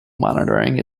monitoring